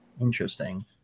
Interesting